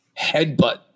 headbutt